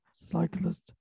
cyclist